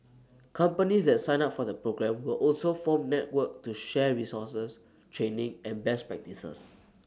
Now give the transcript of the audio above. companies that sign up for the programme will also form network to share resources training and best practices